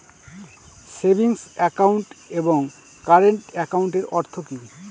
Savings account এবং current একাউন্টের অর্থ কি?